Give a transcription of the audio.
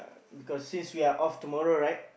because since we are off tomorrow right